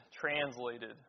translated